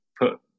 put